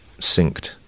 synced